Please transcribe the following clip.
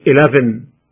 Eleven